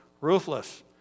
ruthless